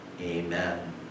Amen